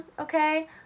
Okay